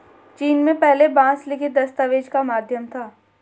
चीन में पहले बांस लिखित दस्तावेज का माध्यम था